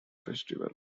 festival